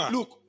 Look